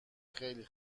خیلی